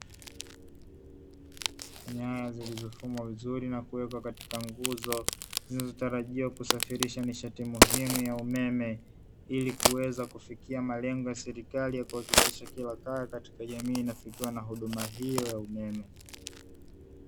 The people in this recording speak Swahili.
Nyaya zilizofumwa vizuri na kuwekwa katika nguzo zinazotarajiwa kusafirisha nishati muhimu ya umeme, ili kuweza kufikia malengo ya serikali ya kuhakikisha kila kaya katika jamii inafikiwa na huduma hiyo ya umeme.